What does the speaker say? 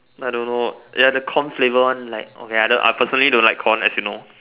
I don't know ya the corn flavor one like I personally don't like corn as you know